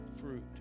fruit